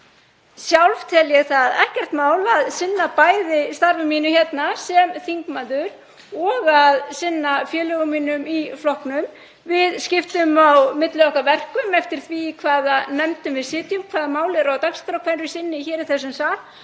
Sjálf tel ég það ekkert mál að sinna bæði starfi mínu sem þingmaður og að sinna félögum mínum í flokknum. Við skiptum á milli okkar verkum eftir því í hvaða nefndum við sitjum og hvaða mál eru á dagskrá hverju sinni í þessum sal.